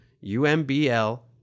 U-M-B-L